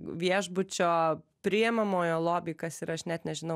viešbučio priimamojo lobiai kas yra aš net nežinau